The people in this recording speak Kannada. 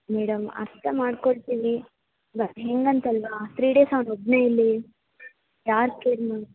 ಮೇಡಮ್ ಅರ್ಥ ಮಾಡಿಕೊಳ್ತೀವಿ ಹಿಂಗಂತಲ್ವಾ ತ್ರೀ ಡೇಸ್ ಅವನೊಬ್ನೇ ಇಲ್ಲಿ ಯಾರು ಕೇರ್